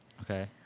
Okay